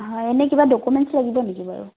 হয় এনেই কিবা ডকুমেন্টছ লাগিব নেকি বাৰু